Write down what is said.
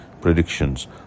predictions